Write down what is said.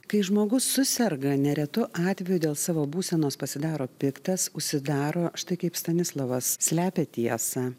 kai žmogus suserga neretu atveju dėl savo būsenos pasidaro piktas užsidaro štai kaip stanislovas slepia tiesą